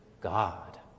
God